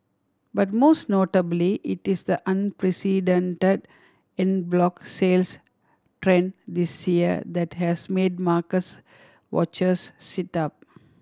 but most notably it is the unprecedented en bloc sales trend this year that has made watchers sit up